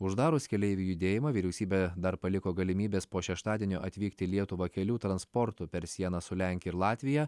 uždarus keleivių judėjimą vyriausybė dar paliko galimybės po šeštadienio atvykti į lietuvą kelių transportu per sieną su lenkija ir latvija